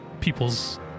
people's